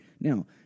Now